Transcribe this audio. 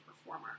performer